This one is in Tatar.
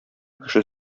кеше